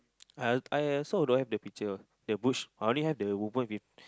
I I also don't have the picture the bush I only have the woman with